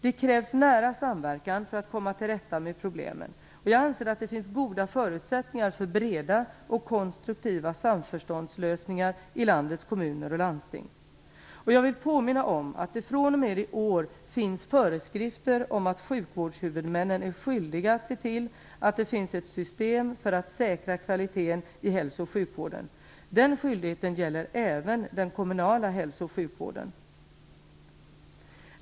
Det krävs nära samverkan för att komma till rätta med de samlade problemen. Jag anser att det finns goda förutsättningar för breda och konstruktiva samförståndslösningar i landets kommuner och landsting. Jag vill påminna om att det från och med i år finns föreskrifter om att sjukvårdshuvudmännen är skyldiga att se till att det finns ett system för att säkra kvaliteten i hälso och sjukvården. Den skyldigheten gäller även den kommunala hälso och sjukvården.